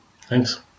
thanks